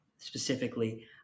specifically